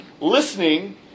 Listening